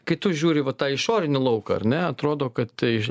kai tu žiūri va tą išorinį lauką ar ne atrodo kad tai